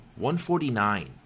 $149